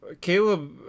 Caleb